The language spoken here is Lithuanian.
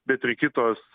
bet ir kitos